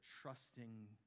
trusting